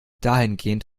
dahingehend